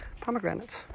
pomegranates